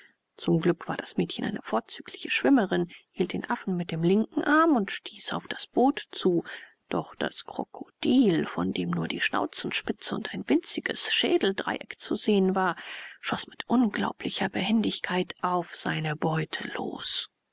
zum glück war das mädchen eine vorzügliche schwimmerin hielt den affen mit dem linken arm und stieß auf das boot zu doch das krokodil von dem nur die schnauzenspitze und ein winziges schädeldreieck zu sehen war schoß mit unglaublicher behendigkeit auf seine beute los